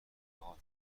اعتقاد